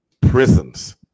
prisons